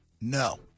No